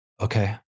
Okay